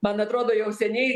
man atrodo jau seniai